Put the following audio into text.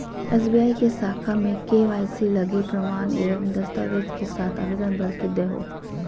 SBI के शाखा में के.वाई.सी लगी प्रमाण एवं दस्तावेज़ के साथ आवेदन भर के देहो